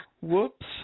Whoops